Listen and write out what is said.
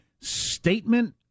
statement